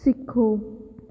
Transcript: ਸਿੱਖੋ